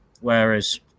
Whereas